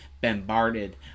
Bombarded